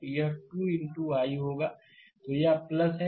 तो यह 2 into i होगा तो यह है